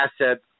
asset